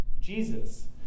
Jesus